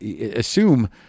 assume